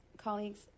Colleagues